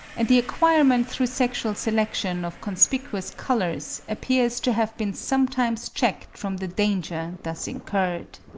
and the acquirement through sexual selection of conspicuous colours, appears to have been sometimes checked from the danger thus incurred.